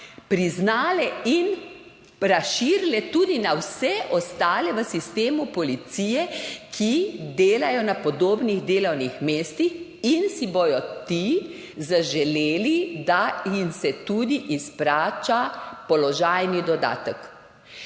priznale in razširile tudi na vse ostale v sistemu policije, ki delajo na podobnih delovnih mestih in si bodo zaželeli, da se jim tudi izplača položajni dodatek.